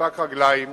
משותק רגליים